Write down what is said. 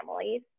families